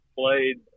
played